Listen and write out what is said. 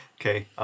Okay